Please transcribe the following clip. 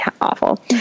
awful